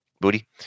Booty